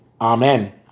amen